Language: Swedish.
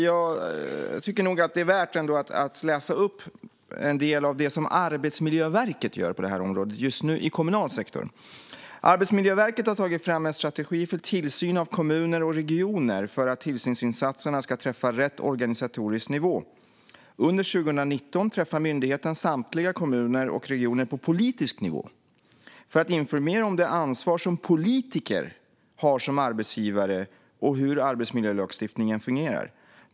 Jag tycker att det ändå är värt att läsa upp en del av det som Arbetsmiljöverket gör på detta område just nu, i kommunal sektor: Arbetsmiljöverket har tagit fram en strategi för tillsyn av kommuner och regioner för att tillsynsinsatserna ska träffa rätt organisatorisk nivå. Under 2019 träffar myndigheten samtliga kommuner och regioner på politisk nivå för att informera om det ansvar som politiker har som arbetsgivare och hur arbetsmiljölagstiftningen fungerar.